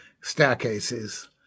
staircases